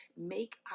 make